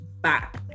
back